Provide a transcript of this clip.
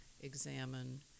examine